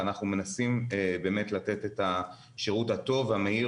אנחנו מנסים באמת לתת את השירות הטוב והמהיר